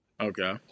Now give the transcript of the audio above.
Okay